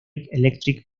electric